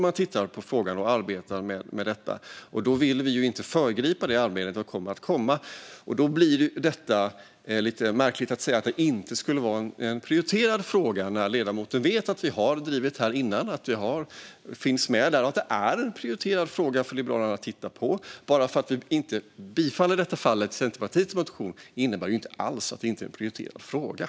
Man tittar på frågan och arbetar med detta, och vi vill inte föregripa det arbete som kommer. Då blir det lite märkligt att säga att det inte är en prioriterad fråga, när ledamoten vet att vi har drivit detta innan och att det är en prioriterad fråga för Liberalerna att titta på. Bara för att vi inte i detta fall bifaller Centerpartiets motion innebär det inte alls att vi inte prioriterar frågan.